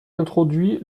introduit